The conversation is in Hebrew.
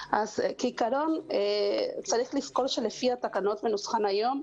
כעיקרון צריך לזכור שלפי התקנות בנוסחן היום,